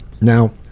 Now